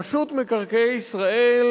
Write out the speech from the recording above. רשות מקרקעי ישראל,